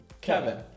Kevin